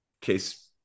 case